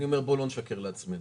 אני אומר, בוא לא נשקר לעצמנו.